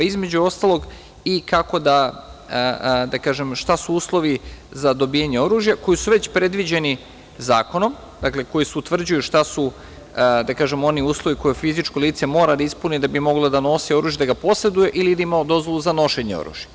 Između ostalog, i šta su uslovi za dobijanje oružja, koji su već predviđeni zakonom, kojim se utvrđuje šta su oni uslovi koje fizičko lice mora da ispuni da bi moglo da nosi oružje, da ga poseduje ili da ima dozvolu za nošenje oružja.